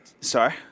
Sorry